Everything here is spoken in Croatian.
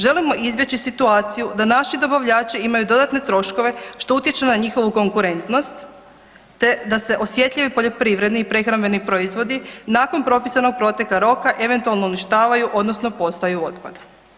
Želimo izbjeći situaciju da naši dobavljači imaju dodatne troškove, što utječe na njihovu konkurentnost te da se osjetljivi poljoprivredni i prehrambeni proizvodi nakon propisanog protekla roka eventualno uništavaju odnosno postaju otpad.